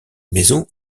maison